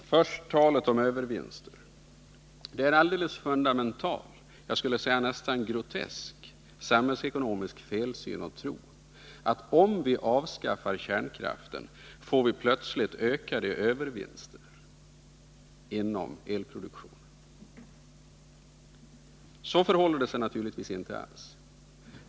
Herr talman! Först talet om övervinster. Det är en alldeles fundamental — jag skulle nästan vilja säga grotesk — samhällsekonomisk felsyn att tro att om vi avskaffar kärnkraften får vi plötsligt ökade övervinster inom elproduktionen. Så förhåller det sig naturligtvis inte alls.